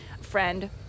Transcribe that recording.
friend